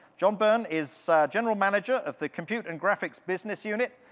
john byrne is general manager of the compute and graphics business unit.